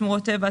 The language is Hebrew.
שמורות טבע,